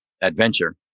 adventure